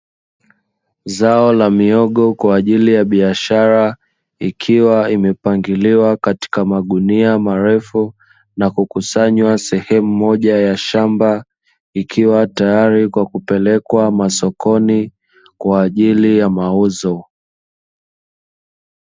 Zao la mihogo kwaajili ya biashara ikiwa imepangiliwa katika magunia marefu na kukusanywa sehemu moja ya shamba, ikiwa tayari kwa kupelekwa nasokoni kwaajili ya mauzo.